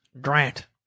Grant